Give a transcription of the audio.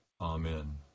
Amen